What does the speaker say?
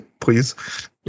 please